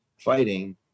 fighting